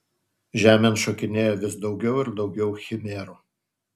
žemėn šokinėjo vis daugiau ir daugiau chimerų